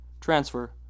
Transfer